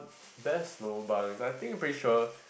best lobang I think pretty sure